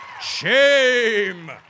shame